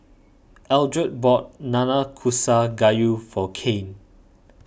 Eldred bought Nanakusa Gayu for Cain